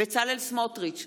בצלאל סמוטריץ'